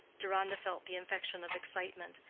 deronda felt the infection of excitement,